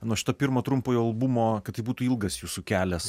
nuo šito pirmo trumpojo albumo kad tai būtų ilgas jūsų kelias